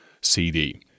CD